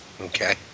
Okay